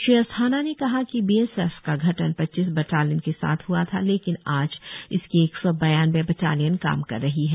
श्री अस्थाना ने कहा कि बीएसएफ का गठन पच्चीस बटालियन के साथ हआ था लेकिन आज इसकी एक सौ बयानवे बटालियन काम कर रही है